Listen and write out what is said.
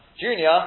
junior